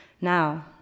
Now